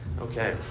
Okay